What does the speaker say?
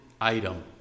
item